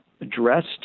addressed